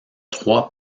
trois